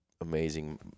amazing